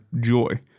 joy